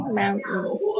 mountains